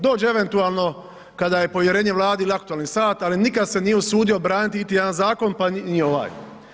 Dođe eventualno kada je povjerenje Vladi ili aktualni sat, ali nikad se nije usudio braniti iti jedan zakon pa ni ovaj.